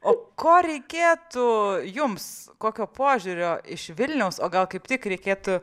o ko reikėtų jums kokio požiūrio iš vilniaus o gal kaip tik reikėtų